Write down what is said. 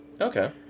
Okay